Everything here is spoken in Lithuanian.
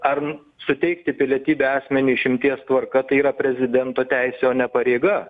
ar suteikti pilietybę asmeniui išimties tvarka tai yra prezidento teisė o ne pareiga